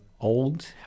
old